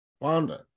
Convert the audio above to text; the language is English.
founder